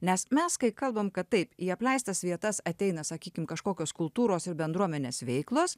nes mes kai kalbame kad taip į apleistas vietas ateina sakykime kažkokios kultūros ir bendruomenės veiklos